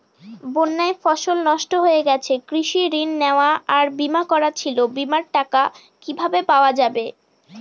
বন্যায় ফসল নষ্ট হয়ে গেছে কৃষি ঋণ নেওয়া আর বিমা করা ছিল বিমার টাকা কিভাবে পাওয়া যাবে?